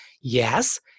Yes